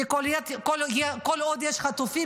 כי כל עוד יש חטופים,